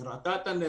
היא ראתה את הנזק,